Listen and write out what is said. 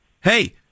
hey